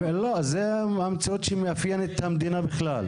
לא, זו המציאות שמאפיינת את המדינה בכלל.